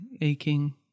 aching